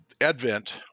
advent